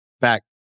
back